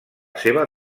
seva